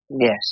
Yes